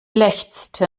lechzte